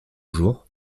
jour